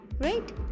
right